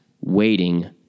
waiting